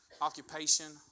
occupation